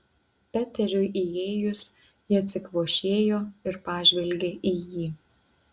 peteriui įėjus ji atsikvošėjo ir pažvelgė į jį